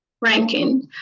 ranking